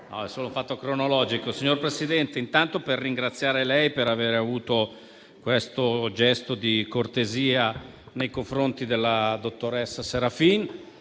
Signor Presidente, intanto vorrei ringraziarla per aver avuto questo gesto di cortesia nei confronti della dottoressa Serafin.